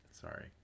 Sorry